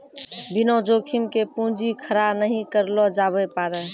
बिना जोखिम के पूंजी खड़ा नहि करलो जावै पारै